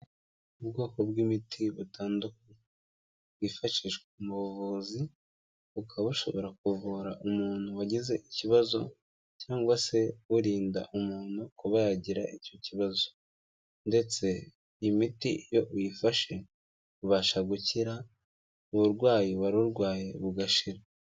Ubwoko bw'imiti butandukanye bwifashishwa mu buvuzi, bukaba bushobora kuvura umuntu wagize ikibazo, cyangwa se burinda umuntu kuba yagira icyo kibazo ndetse imiti iyo uyifashe ubasha gukira uburwayi wari urwaye bugashira.